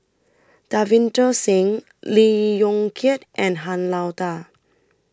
Davinder Singh Lee Yong Kiat and Han Lao DA